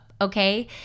Okay